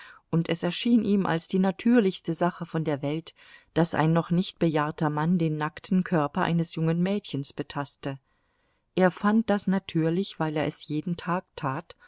und es erschien ihm als die natürlichste sache von der welt daß ein noch nicht bejahrter mann den nackten körper eines jungen mädchens betaste er fand das natürlich weil er es jeden tag tat